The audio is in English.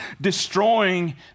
destroying